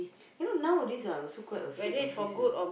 you nowadays ah i also quite afraid of this you know